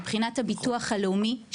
מבחינת הביטוח הלאומי,